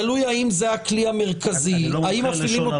תלוי האם זה הכלי המרכזי ----- אבל